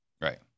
Right